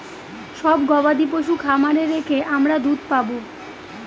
সব গবাদি পশু খামারে রেখে আমরা দুধ পাবো